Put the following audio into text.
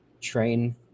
Train